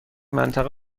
منطقه